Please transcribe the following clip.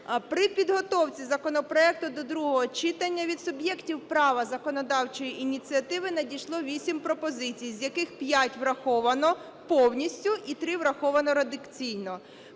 При підготовці законопроекту до другого читання від суб'єктів права законодавчої ініціативи надійшло 8 пропозицій, з яких 5 враховано повністю і 3 враховано редакційно.